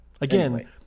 Again